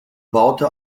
baute